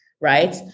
right